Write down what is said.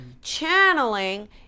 channeling